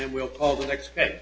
and we'll call the next day